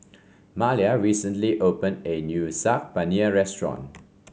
Malia recently opened a new Saag Paneer Restaurant